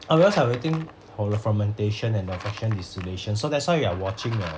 oh that's because we are waiting for the fermentation and the fraction distillation so that's why we are watching a